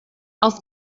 auf